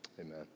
amen